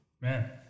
Man